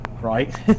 right